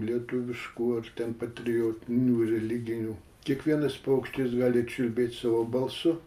lietuviškų ar ten patriotinių religinių kiekvienas paukštis gali čiulbėt savo balsu